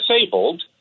disabled